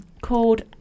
called